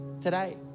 today